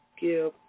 give